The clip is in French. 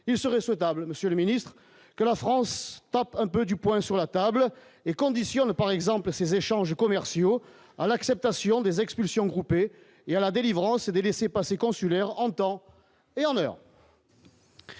il serait souhaitable, Monsieur le Ministre, que la France, un peu du poing sur la table et conditionne, par exemple, ces échanges commerciaux à l'acceptation des expulsions groupées, il y a la délivrance des laissez-passer consulaires en temps et en heure.